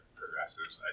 progressives